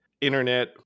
internet